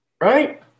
right